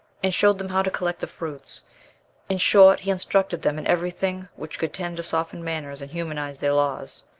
and showed them how to collect the fruits in short, he instructed them in everything which could tend to soften manners and humanize their laws.